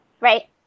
right